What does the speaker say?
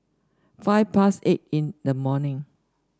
five past eight in the morning